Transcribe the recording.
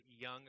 young